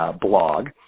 blog